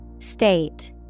State